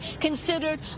considered